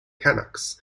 canucks